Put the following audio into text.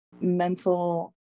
mental